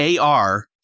AR